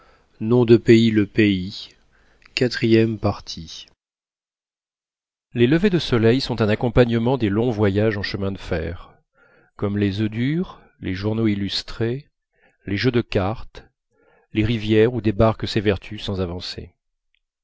les levers de soleil sont un accompagnement des longs voyages en chemin de fer comme les œufs durs les journaux illustrés les jeux de cartes les rivières où des barques s'évertuent sans avancer